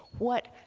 what,